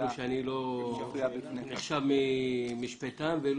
למרות שאני לא משפטן רגע,